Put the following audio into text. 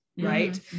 Right